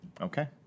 Okay